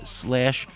slash